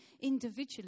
individually